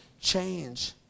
change